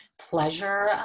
pleasure